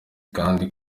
kandi